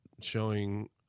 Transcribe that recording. showing